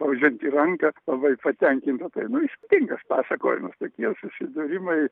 spaudžiantį ranką labai patenkinta tai nu išmintingas pasakojimas tokie jau susidūrimai